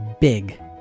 big